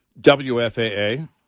WFAA